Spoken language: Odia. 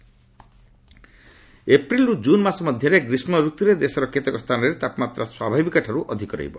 ଆଇଏମ୍ଡି ଏପ୍ରିଲ୍ରୁ ଜୁନ୍ ମାସ ମଧ୍ୟରେ ଗ୍ରୀଷ୍କ ଋତୁରେ ଦେଶର କେତେକ ସ୍ଥାନରେ ତାପମାତ୍ରା ସ୍ୱଭାବିକ ଠାର୍ଚ୍ଚ ଅଧିକ ରହିବ